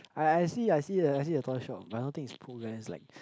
I I see I see I see the I see the toy shop but I don't think it's Pooh bears like